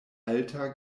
alta